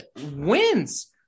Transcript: Wins